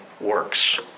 works